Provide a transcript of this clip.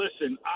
listen